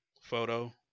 Photo